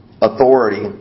authority